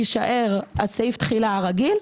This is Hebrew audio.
יישאר סעיף התחילה הרגיל,